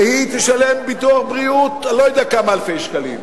והיא תשלם ביטוח בריאות אני-לא-יודע כמה אלפי שקלים.